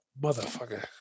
Motherfucker